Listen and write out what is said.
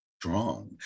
strong